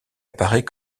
apparaît